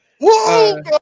Whoa